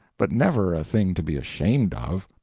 but never a thing to be ashamed of.